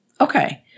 okay